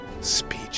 Speech